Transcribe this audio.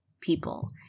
people